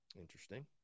Interesting